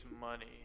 money